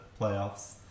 playoffs